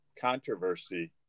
controversy